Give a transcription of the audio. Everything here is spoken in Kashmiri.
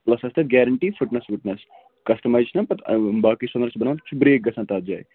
پٕلَس آسہِ تۄہہِ گیرٮ۪نٹی فٕٹنَس وٕٹنَس کسٹٕمایِز چھِ نَہ پَتہٕ باقٕے سۄنَر چھِ بَنان تِم چھِ برٛیک گژھان تَتھ جایہِ